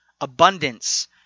abundance